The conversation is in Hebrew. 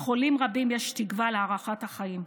לחולים רבים יש תקווה להארכת חיים,